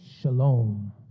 shalom